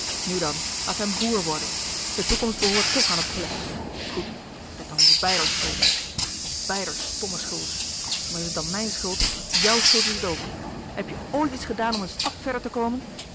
nu dan laat hem boèr worden de toekomst behoort toch aan het plebs goed het is dan ons beider louis couperus de boeken der kleine zielen schuld ons beider stomme schuld maar is het dan mijn schuld jouw schuld is het ook heb je ooit iets gedaan om een stap verder te komen